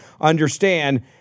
understand